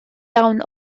iawn